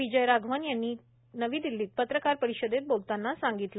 विजय राघवन यांनी काल नवी दिल्लीत पत्रकार परिषदेत बोलताना सांगितलं